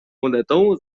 monetą